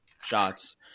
shots